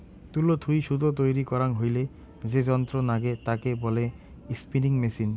তুলো থুই সুতো তৈরী করাং হইলে যে যন্ত্র নাগে তাকে বলে স্পিনিং মেচিন